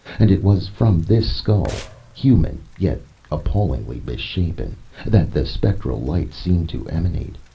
and it was from this skull human yet appallingly misshapen that the spectral light seemed to emanate.